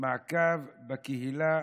מעקב בקהילה